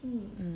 um